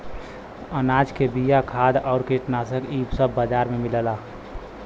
अनाज के बिया, खाद आउर कीटनाशक इ सब बाजार में मिलला